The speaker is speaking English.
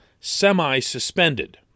semi-suspended